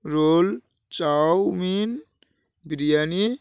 role chowmein biryani